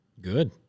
Good